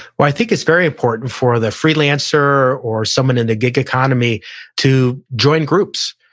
well, i think it's very important for the freelancer or someone in the gig economy to join groups.